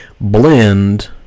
blend